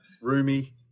Roomy